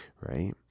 right